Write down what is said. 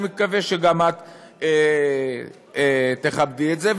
אני מקווה שגם את תכבדי את זה,